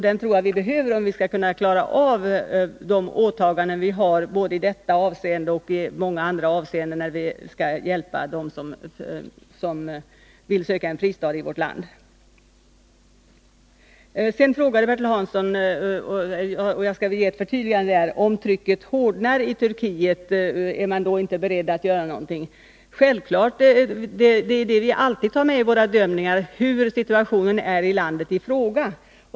Den tror jag vi behöver om vi skall kunna klara av de åtaganden som vi har i både detta avseende och många andra avseenden när vi skall hjälpa dem som vill söka en fristad i vårt land. Bertil Hansson frågade: Om trycket hårdnar i Turkiet, är vi då beredda att göra någonting? På den punkten vill jag förtydliga mig: Vi har självfallet alltid med i våra bedömningar hur situationen är i landet i fråga.